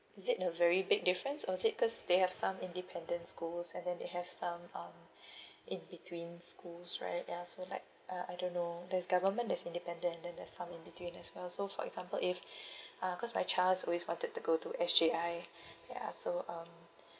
is it a very big difference or is it cause they have some independence schools and then they have some um in between schools right ya so I'd like uh I don't know there's government that's independent then the some in between as well so for example if uh cause my child is always wanted to go to S_J_I ya so um